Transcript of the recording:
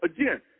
again